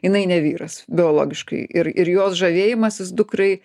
jinai ne vyras biologiškai ir ir jos žavėjimasis dukrai